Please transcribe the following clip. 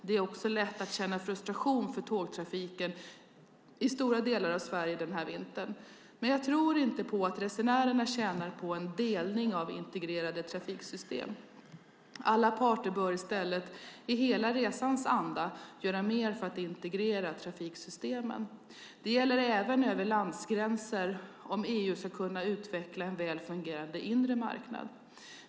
Det är lätt att också känna frustration för tågtrafiken i stora delar av Sverige denna vinter, men jag tror inte på att resenärerna tjänar på en delning av integrerade trafiksystem. Alla parter bör i stället, i hela resans anda, göra mer för att integrera trafiksystemen. Det gäller även över landgränser om EU ska kunna ska kunna utveckla en väl fungerande inre marknad.